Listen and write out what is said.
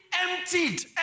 Emptied